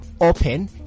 open